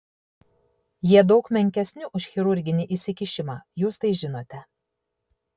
jie daug menkesni už chirurginį įsikišimą jūs tai žinote